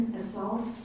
assault